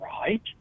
right